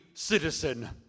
citizen